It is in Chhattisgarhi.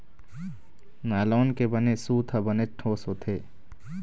नायलॉन के बने सूत ह बनेच ठोस होथे